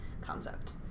concept